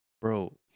Bro